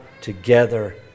together